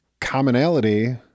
commonality